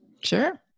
sure